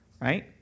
Right